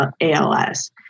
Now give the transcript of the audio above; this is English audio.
ALS